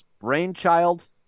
Brainchild